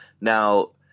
Now